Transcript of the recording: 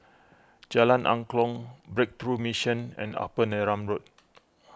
Jalan Angklong Breakthrough Mission and Upper Neram Road